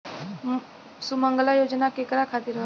सुमँगला योजना केकरा खातिर ह?